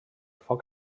foc